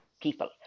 people